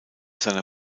seiner